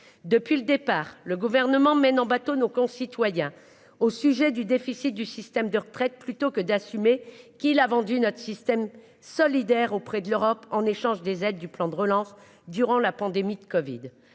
Depuis le départ, le gouvernement mène en bateau nos concitoyens au sujet du déficit du système de retraite plutôt que d'assumer qu'il l'a vendu notre système solidaire auprès de l'Europe en échange des aides du plan de relance durant la pandémie de Covid